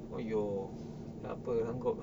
!aiyo! tak apa sanggup